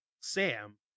Sam